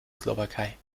slowakei